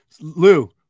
Lou